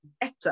better